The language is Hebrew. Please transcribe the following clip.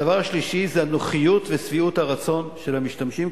הדבר השלישי זה הנוחיות ושביעות הרצון של המשתמשים,